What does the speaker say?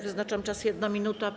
Wyznaczam czas - 1 minuta.